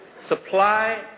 supply